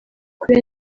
kuri